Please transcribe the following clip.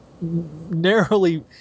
narrowly